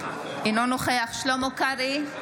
אינו נוכח שלמה קרעי,